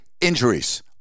injuries